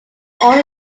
only